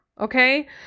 Okay